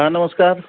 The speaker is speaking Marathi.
हां नमस्कार